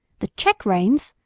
the check-reins?